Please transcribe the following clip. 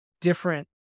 different